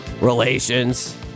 relations